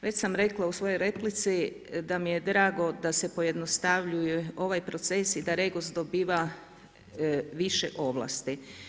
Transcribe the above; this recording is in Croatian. Već sam rekla u svojoj replici da mi je drago da se pojednostavljuje ovaj proces i da REGOS dobiva više ovlasti.